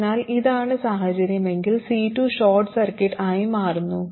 അതിനാൽ ഇതാണ് സാഹചര്യമെങ്കിൽ C2 ഷോർട്ട് സർക്യൂട്ട് ആയി മാറുന്നു